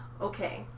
okay